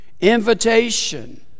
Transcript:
invitation